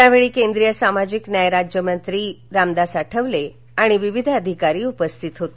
यावेळी केंद्रीय सामाजिक न्याय राज्यमंत्री रामदास आठवले यांच्यासह विविध अधिकारी उपस्थित होते